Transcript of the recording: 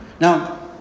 Now